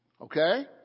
Okay